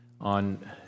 On